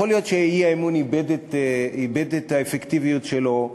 יכול להיות שהאי-אמון איבד את האפקטיביות שלו.